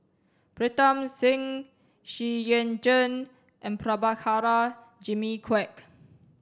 Pritam Singh Xu Yuan Zhen and Prabhakara Jimmy Quek